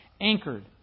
anchored